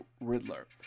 Riddler